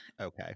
Okay